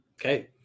Okay